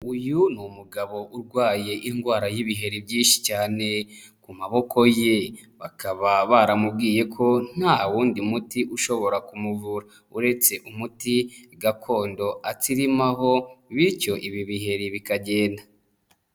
Uyu ni umugabo urwaye indwara y'ibiheri byinshi cyane, ku maboko ye bakaba baramubwiye ko ntawundi muti ushobora kumuvura uretse umuti gakondo, atsimaho, bityo ibi biheri bikagenda.